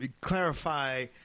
clarify